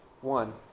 One